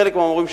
וחלק המורים,